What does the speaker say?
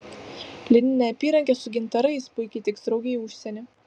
lininė apyrankė su gintarais puikiai tiks draugei į užsienį